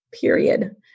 period